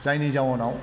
जायनि जाउनाव